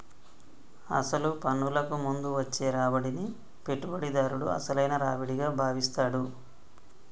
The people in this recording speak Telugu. అసలు పన్నులకు ముందు వచ్చే రాబడిని పెట్టుబడిదారుడు అసలైన రావిడిగా భావిస్తాడు